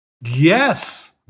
Yes